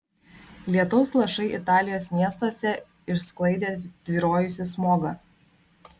lietaus lašai italijos miestuose išsklaidė tvyrojusį smogą